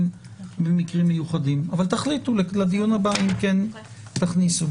זה תקין שיהיה